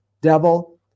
Devil